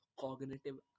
cognitive